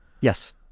yes